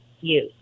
use